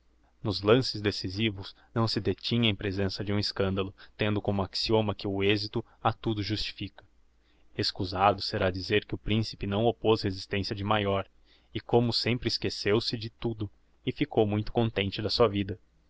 nos lances decisivos não se detinha em presença de um escandalo tendo como axioma que o exito a tudo justifica escusado será dizer que o principe não oppôz resistencia de maior e como sempre esqueceu-se de tudo e ficou muito contente da sua vida